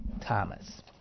Thomas